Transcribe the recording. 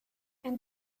and